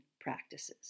practices